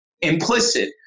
implicit